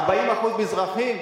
מונו, 40% מזרחים?